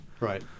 Right